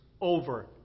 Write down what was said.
over